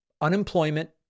unemployment